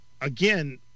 again